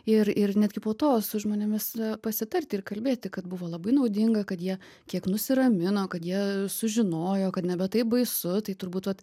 ir ir netgi po to su žmonėmis pasitarti ir kalbėti kad buvo labai naudinga kad jie kiek nusiramino kad jie sužinojo kad nebe taip baisu tai turbūt vat